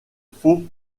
faut